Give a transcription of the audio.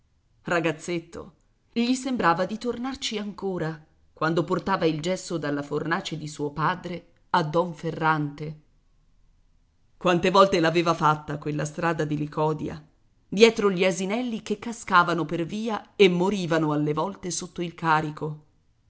roba ragazzetto gli sembrava di tornarci ancora quando portava il gesso dalla fornace di suo padre a donferrante quante volte l'aveva fatta quella strada di licodia dietro gli asinelli che cascavano per via e morivano alle volte sotto il carico